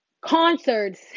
concerts